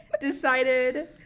decided